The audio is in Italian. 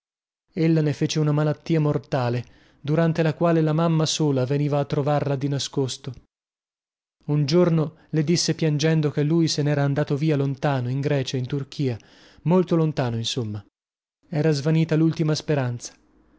municipale ella ne fece una malattia mortale durante la quale la mamma sola veniva a trovarla di nascosto un giorno le disse piangendo che lui se nera andato via lontano in grecia in turchia molto lontano insomma era svanita lultima speranza